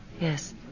Yes